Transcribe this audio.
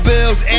Bills